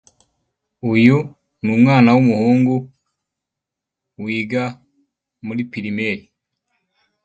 Uyu ni umwana w'umuhungu, wiga muri pirimeri.